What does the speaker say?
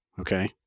okay